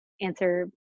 answer